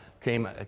came